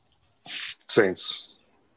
Saints